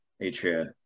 Atria